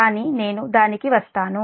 కానీ నేను దానికి వస్తాను